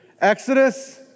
Exodus